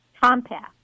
compact